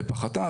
פחתה?